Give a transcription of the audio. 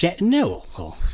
No